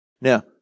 Now